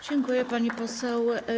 Dziękuję, pani poseł.